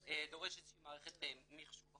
דורש איזושהי מערכת מחשוב.